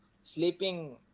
sleeping